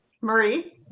marie